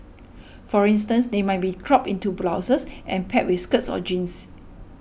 for instance they might be cropped into blouses and paired with skirts or jeans